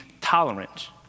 tolerant